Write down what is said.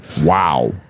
Wow